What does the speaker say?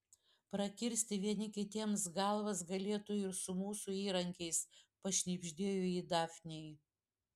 prakirsti vieni kitiems galvas galėtų ir su mūsų įrankiais pašnibždėjo ji dafnei